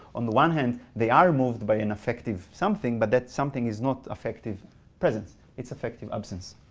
on the one hand, they are moved by an effective something. but that something is not affective presence. it's affective absence.